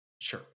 sure